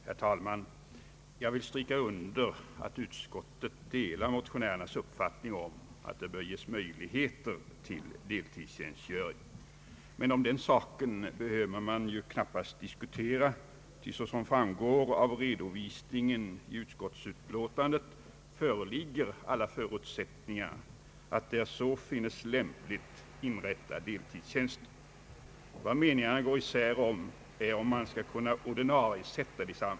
Herr talman! Jag vill stryka under att utskottet delar motionärernas uppfattning att det bör ges möjligheter till deltidstjänstgöring. Men om den saken behöver man knappast diskutera, ty såsom framgår av redovisningen i utskottsutlåtandet föreligger alla förutsättningar att där så finnes lämpligt inrätta deltidstjänster. Vad meningarna går isär om är huruvida de tjänsterna skall kunna ordinariesättas.